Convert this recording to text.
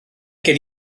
gen